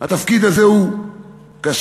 שהתפקיד הזה הוא קשה,